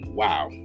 wow